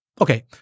okay